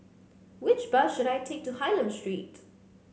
which bus should I take to Hylam Street